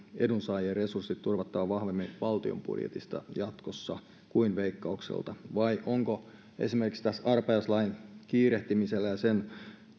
edunsaajien resurssit jatkossa turvattava vahvemmin valtion budjetista kuin veikkaukselta vai onko esimerkiksi arpajaislain kiirehtimisellä ja sen